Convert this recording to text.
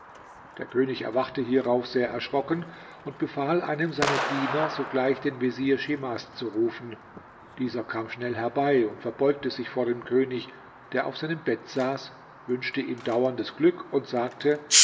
der könig erwachte hierauf sehr erschrocken und befahl einem seiner diener sogleich den vezier schimas zu rufen dieser kam schnell herbei und verbeugte sich vor dem könig der auf seinem bett saß wünschte ihm dauerndes glück und sagte